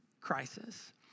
crisis